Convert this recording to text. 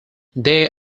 they